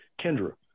Kendra